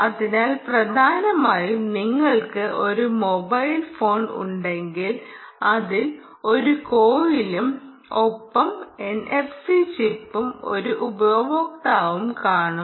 അതിനാൽ പ്രധാനമായും നിങ്ങൾക്ക് ഒരു മൊബൈൽ ഫോൺ ഉണ്ടെങ്കിൽ അതിൽ ഒരു കോയിലും ഒപ്പം എൻഎഫ്സി ചിപ്പും ഒരു ഉപയോക്താവുo കാണും